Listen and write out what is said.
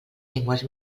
llengües